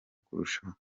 kurushaho